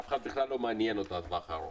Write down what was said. את אף אחד לא מעניין בכלל הטווח הארוך.